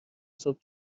صبح